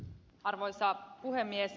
arvoisa puhemies